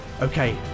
Okay